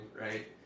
right